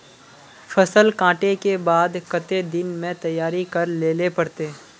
फसल कांटे के बाद कते दिन में तैयारी कर लेले पड़ते?